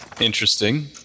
Interesting